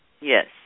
Yes